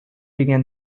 began